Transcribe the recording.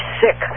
sick